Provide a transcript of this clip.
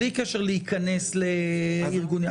בלי קשר להיכנס לארגונים,